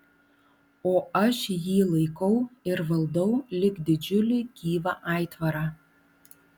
o aš jį laikau ir valdau lyg didžiulį gyvą aitvarą